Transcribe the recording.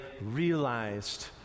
realized